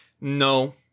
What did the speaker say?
no